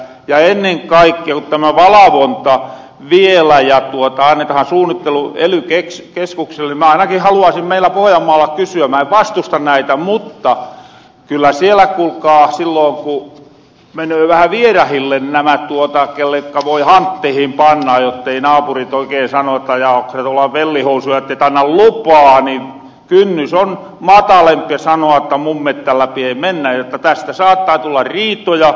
ja ennen kaikkea ku tämä valavonta ja suunnittelu vielä annetahan ely keskuksille mä ainakin haluaasin meillä pohojanmaalla kysyä mä en vastusta näitä mutta kyllä siellä kuulkaa sillon ku mänöö vähä vierahille nämä kellekä voi hanttihin panna jottei naapurit oikein sano jotta ookko sä tollanen vellihousu ettet anna lupaa niin kynnys on matalampi sanoa jotta mun mettän läpi ei mennä jotta tästä saattaa tulla riitoja